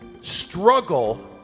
struggle